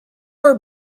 her